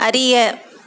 அறிய